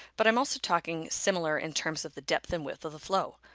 but i'm also talking similar in terms of the depth and width of the flow.